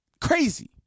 Crazy